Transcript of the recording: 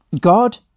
God